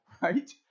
right